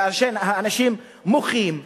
כאשר האנשים מוחים,